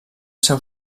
seu